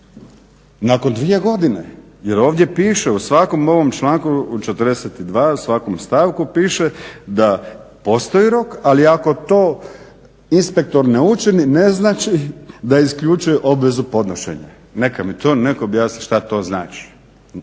nakon dvije godine jer ovdje piše, u svakom ovom članku 42, u svakom stavku piše da postoji rok ali ako to inspektor ne učini ne znači da isključuje obvezu podnošenja. Neka mi to netko objasni šta to znači.